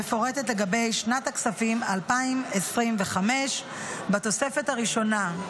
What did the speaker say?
מפורטת לגבי שנת הכספים 2025 בתוספת הראשונה".